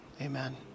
amen